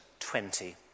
20